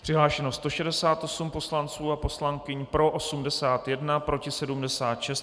Přihlášeno 168 poslanců a poslankyň, pro 81, proti 76.